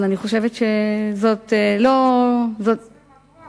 אבל אני חושבת שזאת לא, שיסביר מדוע.